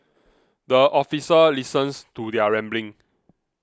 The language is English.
the officer listens to their rambling